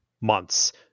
months